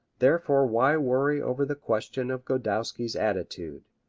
therefore why worry over the question of godowsky's attitude!